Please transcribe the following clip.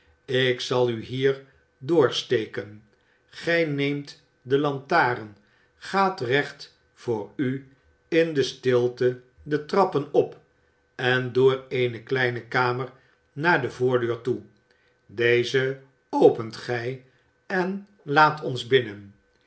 ik zal u hier door steken qij neemt de lantaren gaat recht voor u en in stilte de trappen op en door eene kleine kamer naar de voordeur toe deze opent gij en laat ons binnen